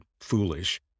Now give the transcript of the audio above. foolish